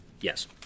Yes